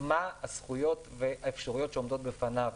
מה הזכויות והאפשרויות שעומדות בפניו?